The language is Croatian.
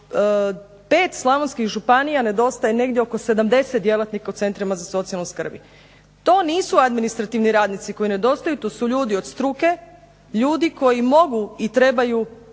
5 slavonskih županija nedostaje negdje oko 70 djelatnika u centrima za socijalne skrbi. To nisu administrativni radnici koji nedostaju, to su ljudi od struke, ljudi koji mogu i trebaju